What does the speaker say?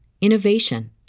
innovation